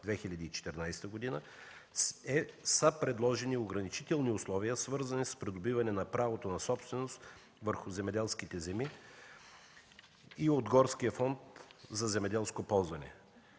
2014 г., са предложени ограничителни условия, свързани с придобиване на правото на собственост върху земеделските земи и от Горския фонд за земеделско ползване.